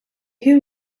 who